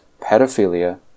pedophilia